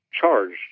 charged